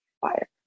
Fire